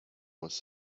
was